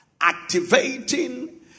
Activating